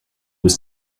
was